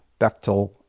Bechtel